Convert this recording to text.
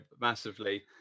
massively